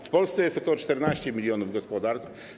W Polsce jest ok. 14 mln gospodarstw.